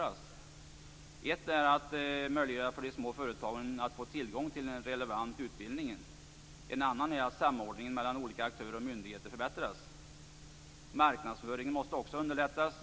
En åtgärd är att möjliggöra för de små företagen att få tillgång till en relevant utbildning. En annan är att samordningen mellan olika aktörer och myndigheter måste förbättras. Marknadsföringen måste underlättas,